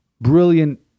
brilliant